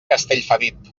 castellfabib